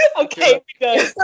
Okay